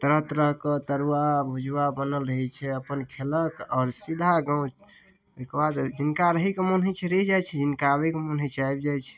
तरह तरह के तरुआ भुजुआ बनल रहै छै अपन खेलक आओर सीधा गाँव ओहिके बाद जिनका रहैके मन ओ रहि जाइ छै जिनका आबैके मोन होइ छै आबि जाइ छै